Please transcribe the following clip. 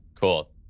Cool